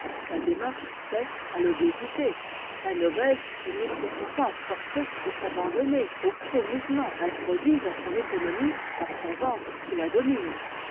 la démarche cesse à l'obésité un obèse est nécessairement forcé de s'abandon ner au faux mouvement introduit dans son économie par son ventre qui la domine